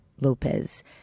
Lopez